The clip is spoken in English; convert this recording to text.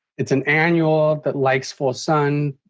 it's an annual that likes full sun.